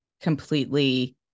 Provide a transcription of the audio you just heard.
completely